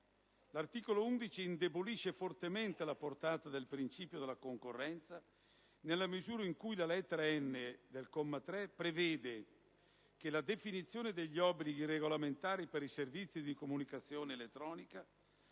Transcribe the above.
L'articolo 11 indebolisce fortemente la portata del principio della concorrenza, nella misura in cui la lettera *n)* del comma 3 prevede che la definizione degli obblighi regolamentari per i servizi di comunicazione elettronica